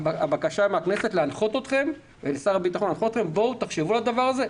הבקשה מן הכנסת ומשר הביטחון היא להנחות אתכם: בואו תחשבו על הדבר הזה,